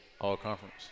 all-conference